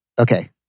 Okay